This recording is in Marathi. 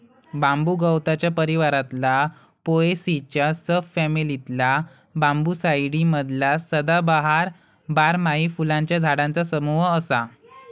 बांबू गवताच्या परिवारातला पोएसीच्या सब फॅमिलीतला बांबूसाईडी मधला सदाबहार, बारमाही फुलांच्या झाडांचा समूह असा